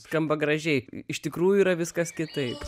skamba gražiai iš tikrųjų yra viskas kitaip